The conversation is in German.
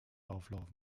auflauf